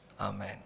Amen